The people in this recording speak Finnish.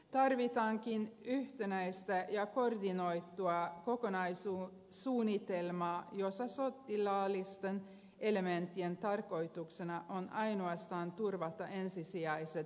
tarvitaankin yhtenäistä ja koordinoitua kokonaissuunnitelmaa jossa sotilaallisten elementtien tarkoituksena on ainoastaan turvata ensisijaiset siviilitavoitteet